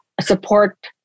support